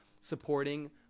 supporting